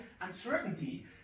uncertainty